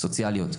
סוציאליות.